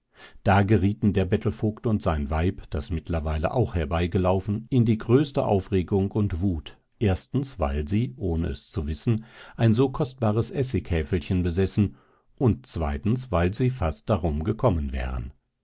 da gerieten der bettelvogt und sein weib das mittlerweile auch herbeigelaufen in die größte aufregung und wut erstens weil sie ohne es zu wissen ein so kostbares essighäfelchen besessen und zweitens weil sie fast darum gekommen wären